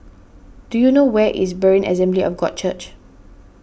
do you know where is Berean Assembly of God Church